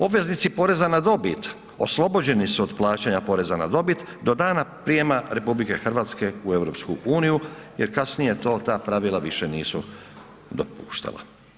Obveznici poreza na dobit oslobođeni su od plaćanja poreza na dobit do dana prijema RH u EU jer kasnije to ta pravila više nisu dopuštala.